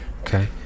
Okay